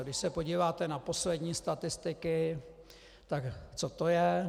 Když se podíváte na poslední statistiky, tak kde to je.